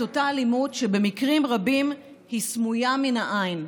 אותה אלימות שבמקרים רבים היא סמויה מן העין,